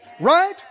right